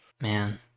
Man